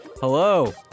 Hello